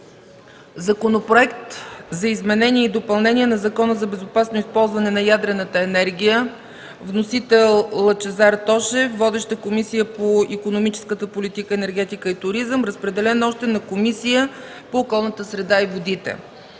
Законопроект за изменение и допълнение на Закона за безопасно използване на ядрената енергия. Вносител – Лъчезар Тошев. Водеща – Комисията по икономическата политика, енергетика и туризъм. Разпределен е и на Комисията по околната среда и водите.